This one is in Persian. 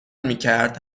میکرد